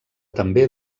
també